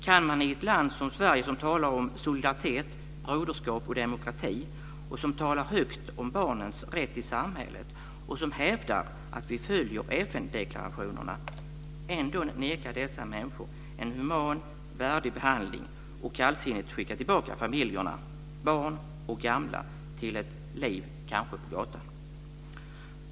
Kan man i ett land som Sverige, som talar om solidaritet, broderskap och demokrati, som talar högt om barnens rätt i samhället och som hävdar att vi följer FN-deklarationerna ändå neka dessa människor en human och värdig behandling, och kallsinnigt skicka tillbaka familjerna - barn och gamla - till ett liv kanske på gatan?